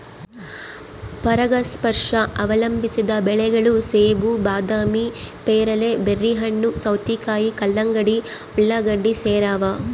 ಪರಾಗಸ್ಪರ್ಶ ಅವಲಂಬಿಸಿದ ಬೆಳೆಗಳು ಸೇಬು ಬಾದಾಮಿ ಪೇರಲೆ ಬೆರ್ರಿಹಣ್ಣು ಸೌತೆಕಾಯಿ ಕಲ್ಲಂಗಡಿ ಉಳ್ಳಾಗಡ್ಡಿ ಸೇರವ